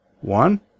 one